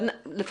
מה